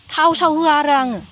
थाव साव होया आरो आङो